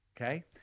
Okay